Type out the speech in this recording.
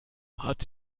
hat